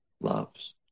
loves